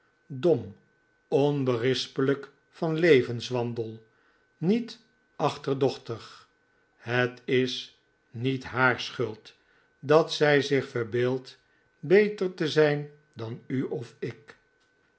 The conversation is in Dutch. dom onberispelijk van levenswandel niet achterdochtig het is niet haar schuld dat zij zich verbeeldt beter te zijn dan u of ik